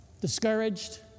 discouraged